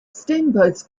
steamboats